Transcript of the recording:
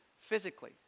physically